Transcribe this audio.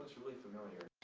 really familiar.